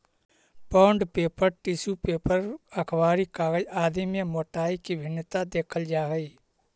bond paper, tissue paper, अखबारी कागज आदि में मोटाई के भिन्नता देखल जा हई